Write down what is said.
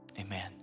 amen